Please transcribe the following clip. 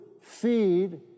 feed